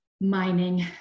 mining